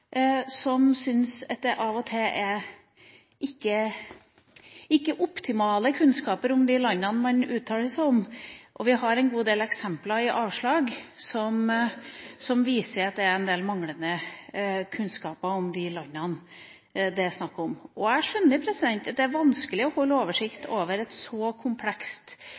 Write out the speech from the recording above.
som syns at det av og til ikke er optimale kunnskaper om de landene man uttaler seg om. Vi har en god del eksempler i avslag som viser at det er en del manglende kunnskaper om de landene det er snakk om. Jeg skjønner at det er vanskelig å holde oversikt over et så komplekst